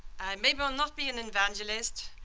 i may but not be an evangelist,